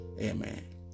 Amen